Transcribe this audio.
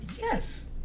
Yes